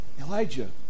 Elijah